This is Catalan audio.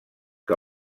que